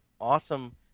awesome